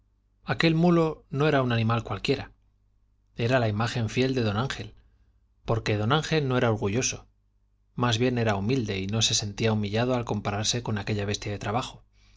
aquel mulo no era un animal cualquiera era la imagen fiel de d ángel orgulloso más bien porque d ángel no era era humilde y no se sentía humi llado al compararse con aquella bestia de